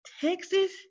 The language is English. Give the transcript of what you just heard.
Texas